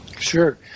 Sure